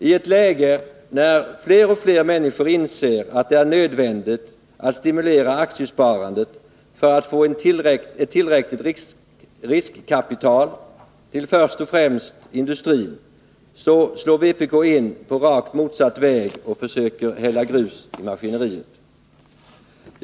I ett läge, där fler och fler människor inser att det är nödvändigt att stimulera aktiesparandet för att man skall kunna få ett tillräckligt riskkapital till först och främst industrin, slår vpk in på en rakt motsatt väg och försöker hälla grus i maskineriet.